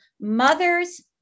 mothers